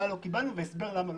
מה לא קיבלו ולמה.